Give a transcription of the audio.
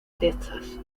texas